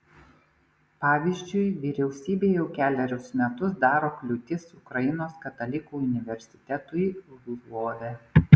pavyzdžiui vyriausybė jau kelerius metus daro kliūtis ukrainos katalikų universitetui lvove